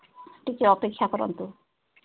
ଟିକେ ଅପେକ୍ଷା କରନ୍ତୁ